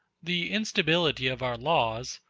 the instability of our laws,